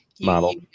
model